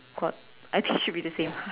what I think should be the same